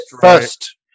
first